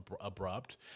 abrupt